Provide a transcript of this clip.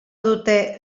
dute